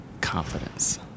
confidence